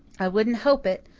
i wouldn't hope it,